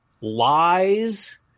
lies